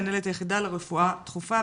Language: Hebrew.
מנהלת היחידה לרפואה דחופה,